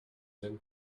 hin